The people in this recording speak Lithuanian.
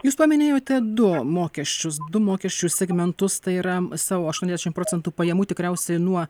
jūs paminėjote du mokesčius du mokesčių segmentus tai yra savo aštuoniasdešim procentų pajamų tikriausiai nuo